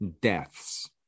deaths